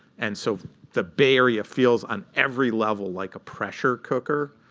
and so the bay area feels, on every level, like a pressure cooker.